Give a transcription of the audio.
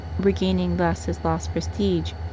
regaining thus his lost prestige,